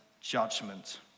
judgment